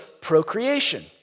procreation